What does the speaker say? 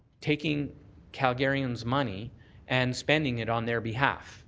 taking calgarians' money and spending it on their behalf